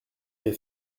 les